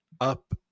up